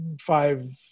five